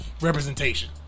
representation